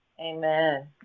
Amen